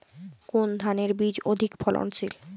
কোন ধানের বীজ অধিক ফলনশীল?